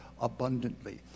abundantly